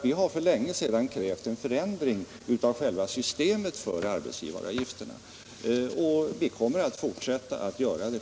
Vi har för länge sedan krävt en förändring av själva systemet för arbetsgivaravgifter. Och vi kommer självfallet att fortsätta att göra det.